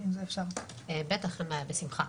בשמחה.